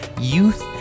youth